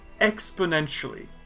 exponentially